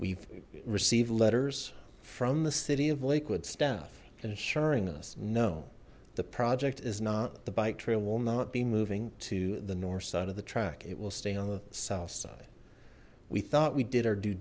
we've received letters from the city of lakewood staff insuring us know the project is not the bike trail will not be moving to the north side of the track it will stay on the south side we thought we did our due